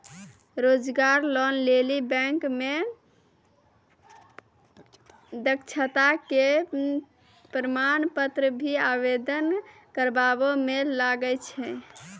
रोजगार लोन लेली बैंक मे दक्षता के प्रमाण पत्र भी आवेदन करबाबै मे लागै छै?